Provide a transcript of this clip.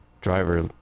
driver